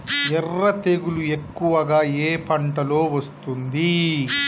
ఎర్ర తెగులు ఎక్కువగా ఏ పంటలో వస్తుంది?